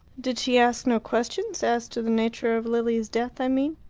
did she ask no questions as to the nature of lilia's death, i mean?